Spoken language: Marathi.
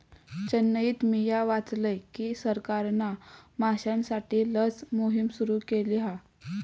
चेन्नईत मिया वाचलय की सरकारना माश्यांसाठी लस मोहिम सुरू केली हा